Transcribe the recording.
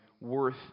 worth